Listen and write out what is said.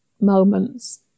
moments